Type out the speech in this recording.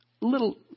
little